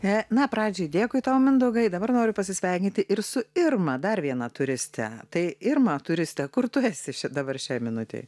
e na pradžiai dėkui tau mindaugai dabar noriu pasisveikinti ir su irma dar viena turiste tai irma turiste kur tu esi dabar šiai minutei